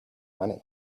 money